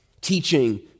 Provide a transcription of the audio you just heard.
teaching